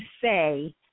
say